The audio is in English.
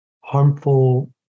harmful